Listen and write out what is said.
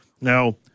Now